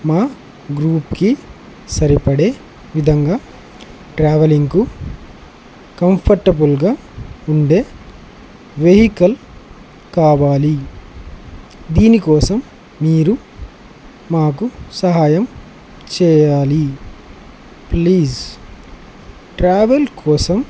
మా గ్రూప్కి సరిపడే విధంగా ట్రావెలింగ్కు కంఫర్టబుల్గా ఉండే వెహికల్ కావాలి దీనికోసం మీరు మాకు సహాయం చేయాలి ప్లీజ్ ట్రావెల్ కోసం